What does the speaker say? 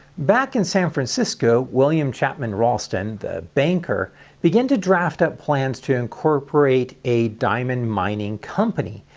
back in san francisco, william chapman ralston, the banker began to draft up plans to incorporate a diamond mining company,